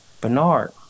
Bernard